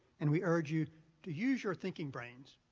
and we urge you to use your thinking brains,